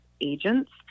agents